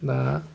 दा